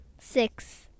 Six